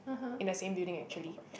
in the same building actually